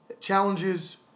challenges